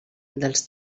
dels